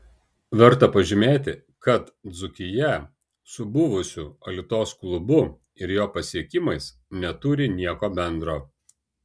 verta pažymėti kad dzūkija su buvusiu alitos klubu ir jo pasiekimais neturi nieko bendro